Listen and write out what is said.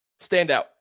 Standout